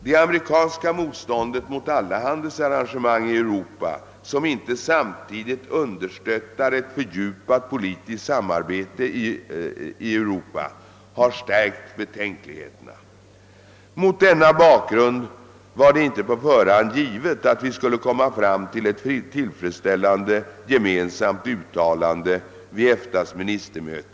Det amerikanska motståndet mot alla handelsarrangemang i Europa, som inte samtidigt understöttar ett fördjupat po” litiskt samarbete i Europa, har stärkt betänkligheterna. Mot denna bakgrund var det inte på förhand givet att vi skulle komma fram till ett tillfredsställande gemensamt uttalande vid EFTA:s ministermöte ?